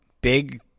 big –